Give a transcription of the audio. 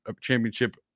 championship